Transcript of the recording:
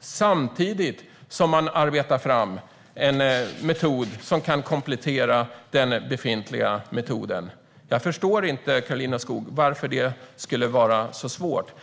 samtidigt som man arbetar fram en metod som kan komplettera den befintliga metoden. Jag förstår inte, Karolina Skog, varför det skulle vara så svårt.